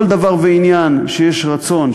כל דבר ועניין שיש רצון,